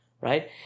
right